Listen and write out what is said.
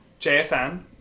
JSN